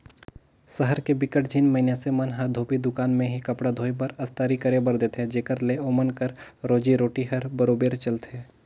सहर के बिकट झिन मइनसे मन ह धोबी दुकान में ही कपड़ा धोए बर, अस्तरी करे बर देथे जेखर ले ओमन कर रोजी रोटी हर बरोबेर चलथे